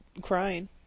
crying